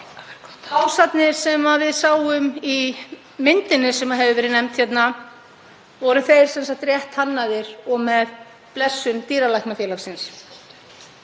Básarnir sem við sáum í myndinni sem hefur verið nefnd hérna — voru þeir sem sagt rétt hannaðir og með blessun Dýralæknafélagsins?